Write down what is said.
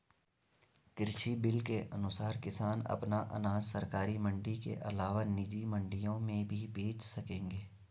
कृषि बिल के अनुसार किसान अपना अनाज सरकारी मंडी के अलावा निजी मंडियों में भी बेच सकेंगे